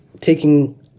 taking